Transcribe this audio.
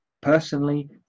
personally